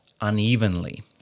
unevenly